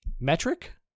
Metric